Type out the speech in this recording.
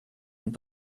und